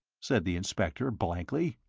said the inspector, blankly,